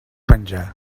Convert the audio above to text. penjar